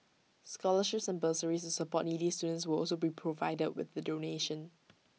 scholarships and bursaries support needy students will also be provided with the donation